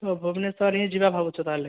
ମୁଁ ଭୁବନେଶ୍ୱର ହିଁ ଯିବା ଭାବୁଛ ତାହେଲେ